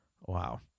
Wow